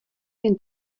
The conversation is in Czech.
jen